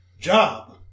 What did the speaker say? job